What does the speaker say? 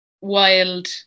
wild